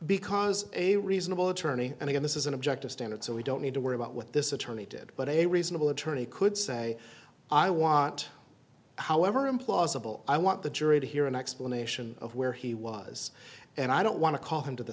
because a reasonable attorney and again this is an objective standard so we don't need to worry about what this attorney did but a reasonable attorney could say i want however implausible i want the jury to hear an explanation of where he was and i don't want to call him to the